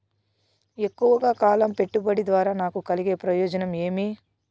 ఎక్కువగా కాలం పెట్టుబడి ద్వారా నాకు కలిగే ప్రయోజనం ఏమి?